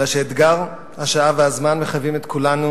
אלא שאתגר השעה והזמן מחייב את כולנו